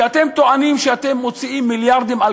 שאתם טוענים שאתם מוציאים מיליארדים על